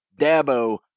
Dabo